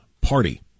party